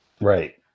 Right